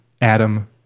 Adam